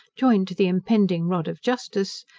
joined to the impending rod of justice,